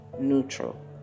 neutral